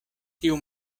tiu